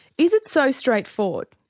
is it so straightforward?